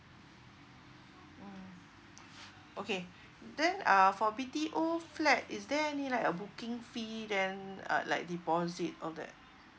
mm okay then uh for B_T_O flat is there any like a booking fee then uh like deposit all that